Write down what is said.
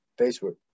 facebook